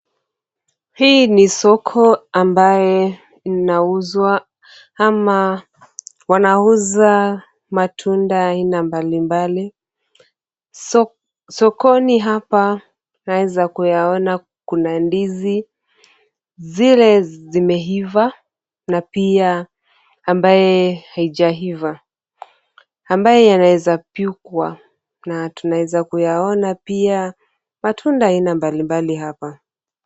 Hii ni soko ambaye linauzwa ama wanauza matunda aina mbalimbali. Sokoni hapa laeza kuyaona kuna ndizi zile zimeiva na pia ambaye haijaiva, ambaye yanaweza pikwa na tunaeza kuyaona pia matunda ya aina mbalimbali hapa.